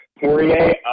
Poirier